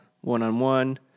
one-on-one